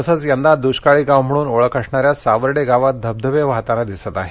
तसंच यंदा दुष्काळी गाव म्हणून ओळख असणाऱ्या सावर्डे गावात धबधबे वाहताना दिसत आहेत